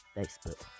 Facebook